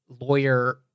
lawyer